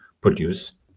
produce